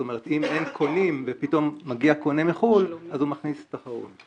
זאת אומרת אם אין קונים ופתאום מגיע קונה מחו"ל אז הוא מכניס תחרות.